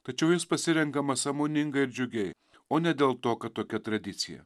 tačiau jis pasirenkamas sąmoningai ir džiugiai o ne dėl to kad tokia tradicija